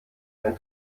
ein